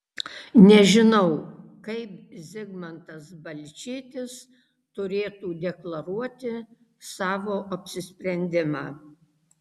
nežinau kaip zigmantas balčytis turėtų deklaruoti savo apsisprendimą